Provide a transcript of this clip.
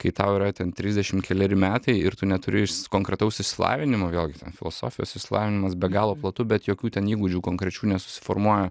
kai tau yra ten trisdešim keleri metai ir tu neturi konkretaus išsilavinimo vėlgi ten filosofijos išsilavinimas be galo platu bet jokių ten įgūdžių konkrečių nesusiformuoja